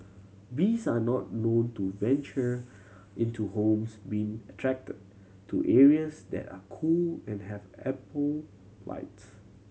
bees are not known to venture into homes being attracted to areas that are cool and have ample lights